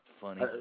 funny